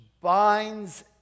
binds